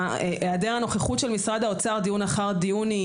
העדר הנוכחות של משרד האוצר דיון אחר דיון,